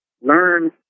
learn